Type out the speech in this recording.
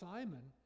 Simon